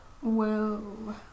Whoa